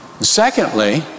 Secondly